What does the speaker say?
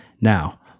Now